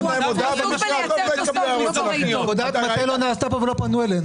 להגיב ------------ ולא פנו אלינו.